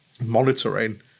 monitoring